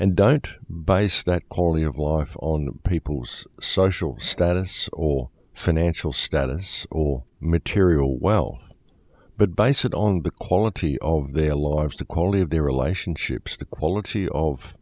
and don't buy stuff quality of life on people's social status or financial status or material well but by set on the quality of their laws the quality of their relationships the quality of